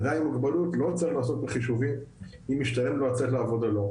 אדם עם מוגבלות לא צריך לעסוק בחישובים אם משתלם לו לצאת לעבוד או לא.